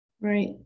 Right